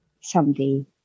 someday